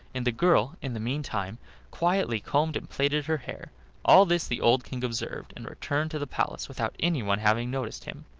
and the girl in the meantime quietly combed and plaited her hair all this the old king observed, and returned to the palace without anyone having noticed him.